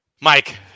Mike –